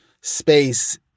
space